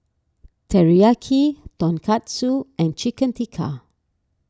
Teriyaki Tonkatsu and Chicken Tikka